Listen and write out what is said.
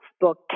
book